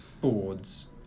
boards